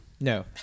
No